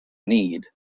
need